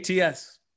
ATS